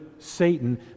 Satan